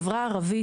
החברה הערבית.